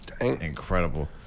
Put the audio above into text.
incredible